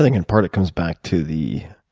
in part, it comes back to the